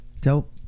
Tell